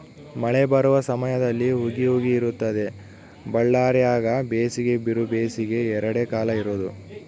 ಮಳೆ ಬರುವ ಸಮಯದಲ್ಲಿ ಹುಗಿ ಹುಗಿ ಇರುತ್ತದೆ ಬಳ್ಳಾರ್ಯಾಗ ಬೇಸಿಗೆ ಬಿರುಬೇಸಿಗೆ ಎರಡೇ ಕಾಲ ಇರೋದು